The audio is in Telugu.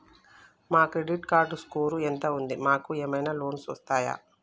మా క్రెడిట్ స్కోర్ ఎంత ఉంది? మాకు ఏమైనా లోన్స్ వస్తయా?